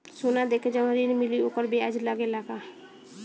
सोना देके जवन ऋण मिली वोकर ब्याज लगेला का?